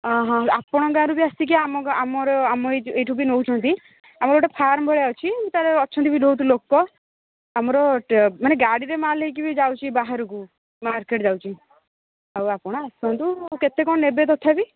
ଓ ହୋ ଆପଣଙ୍କ ଗାଁରୁ ବି ଆସିକି ଆମ ଗାଁ ଆମର ଆମ ଏଇ ଏଇଠୁ ବି ନେଉଛନ୍ତି ଆମର ଗୋଟେ ଫାର୍ମ ଭଳିଆ ଅଛି ତାର ଅଛନ୍ତି ବି ବହୁତ ଲୋକ ଆମର ମାନେ ଗାଡ଼ିରେ ମାଲ୍ ନେଇକି ଯାଉଛି ବାହାରକୁ ମାର୍କେଟ୍ ଯାଉଛି ଆଉ ଆପଣ ଆସନ୍ତୁ କେତେ କ'ଣ ନେବେ ତଥାପି